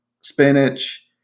spinach